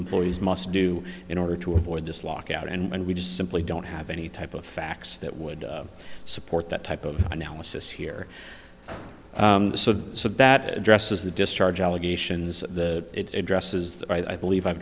employees must do in order to avoid this lockout and we just simply don't have any type of facts that would i support that type of analysis here so that addresses the discharge allegations the it dresses that i believe i'